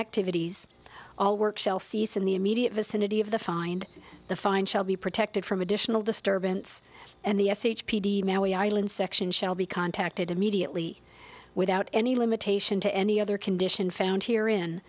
activities all work shall cease in the immediate vicinity of the find the find shall be protected from additional disturbance and the s h p d a island section shall be contacted immediately without any limitation to any other condition found here in